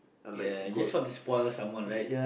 ya just want to spoil someone right